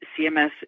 CMS